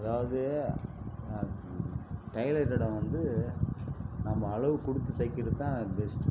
அதாவது ஆ டைலர் கடை வந்து நம்ம அளவு கொடுத்து தைக்கிறது தான் பெஸ்ட்டு